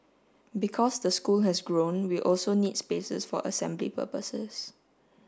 because the school has grown we also need spaces for assembly purposes